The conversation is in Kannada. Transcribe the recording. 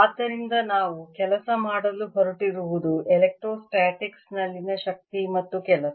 ಆದ್ದರಿಂದ ನಾವು ಕೆಲಸ ಮಾಡಲು ಹೊರಟಿರುವುದು ಎಲೆಕ್ಟ್ರೋಸ್ಟಾಟಿಕ್ಸ್ ನಲ್ಲಿನ ಶಕ್ತಿ ಮತ್ತು ಕೆಲಸ